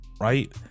Right